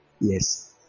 Yes